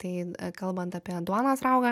tai kalbant apie duonos raugą